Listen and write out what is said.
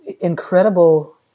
incredible